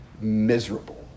miserable